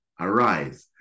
arise